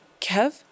Kev